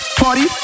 party